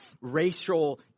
racial